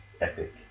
epic